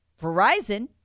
Verizon